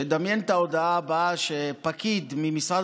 תדמיין שאת ההודעה הבאה פקיד ממשרד